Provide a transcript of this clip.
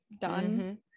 done